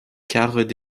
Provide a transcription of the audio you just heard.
karet